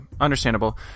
Understandable